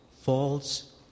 false